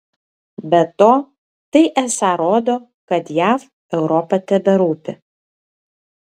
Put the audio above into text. be to tai esą rodo kad jav europa teberūpi